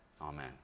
Amen